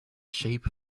shape